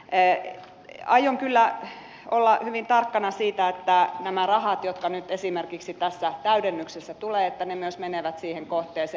aion kyllä olla hyvin tarkkana siitä että nämä rahat jotka nyt esimerkiksi tässä täydennyksessä tulevat myös menevät siihen kohteeseen